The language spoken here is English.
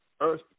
earth